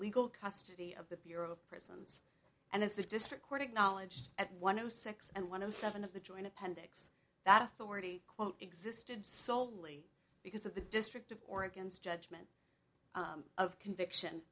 legal custody of the bureau of prisons and as the district court acknowledged at one o six and one of seven of the joint appendix that authority quote existed soley because of the district of oregon's judgment of conviction